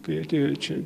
kai atėjo čia